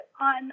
on